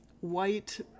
white